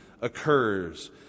occurs